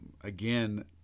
again